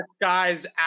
guys